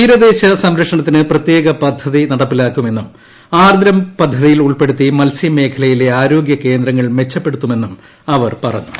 തീരദേശ സംരക്ഷണത്തിന് പ്രത്യേക പദ്ധതി നടപ്പിലാക്കുമെന്നും ആർദ്രം പദ്ധതിയിൽ ഉൾപ്പെടുത്തി മത്സ്യമേഖലയിലെ ആരോഗ്യകേന്ദ്രങ്ങൾ മെച്ചപ്പെടുത്തുമെന്നും അവർ പറഞ്ഞു